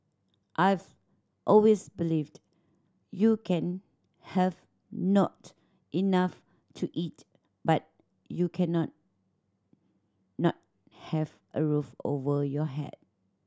I've always believed you can have not enough to eat but you cannot not not have a roof over your head